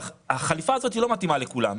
החליפה הזאת לא מתאימה לכולם.